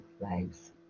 lives